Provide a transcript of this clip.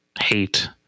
hate